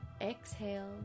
exhale